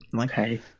Okay